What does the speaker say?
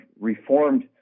reformed